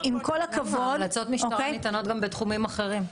המלצות משטרה מגיעות גם בתחומים אחרים.